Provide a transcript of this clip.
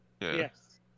Yes